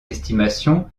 estimations